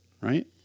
Right